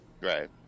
Right